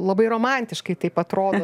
labai romantiškai taip atrodo